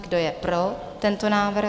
Kdo je pro tento návrh?